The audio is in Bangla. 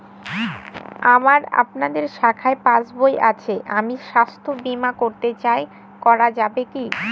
আমার আপনাদের শাখায় পাসবই আছে আমি স্বাস্থ্য বিমা করতে চাই করা যাবে কি?